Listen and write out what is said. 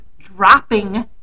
dropping